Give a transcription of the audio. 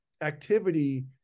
activity